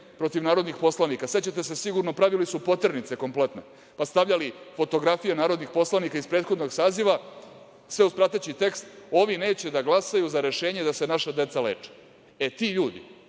protiv narodnih poslanika. Sećate se sigurno pravili su poternice kompletno, pa stavljali fotografije narodnih poslanika iz prethodnog saziva, sve uz prateći tekst – ovi neće da glasaju za rešenje da se naša deca leče. Ti ljudi